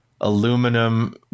aluminum